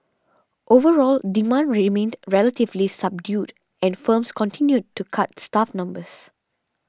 overall demand remained relatively subdued and firms continued to cut staff numbers